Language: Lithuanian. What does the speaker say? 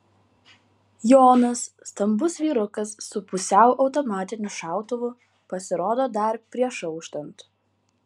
jonas stambus vyrukas su pusiau automatiniu šautuvu pasirodo dar prieš auštant